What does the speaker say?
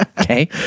Okay